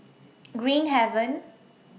Green Haven